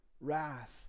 wrath